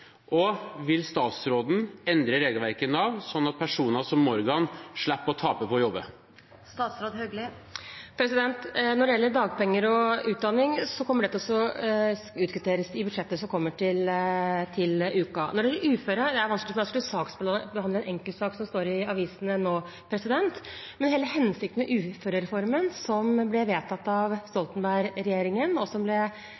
Og vil statsråden endre regelverket i Nav, sånn at personer som Morgan slipper å tape på å jobbe? Når det gjelder dagpenger og utdanning, kommer det til å bli kvittert ut i budsjettet som kommer til uken. Når det gjelder uføre: Det er vanskelig for meg å skulle behandle en enkeltsak som det står om i avisene nå. Men hele hensikten med uførereformen – som ble vedtatt under Stoltenberg-regjeringen, og som ble implementert av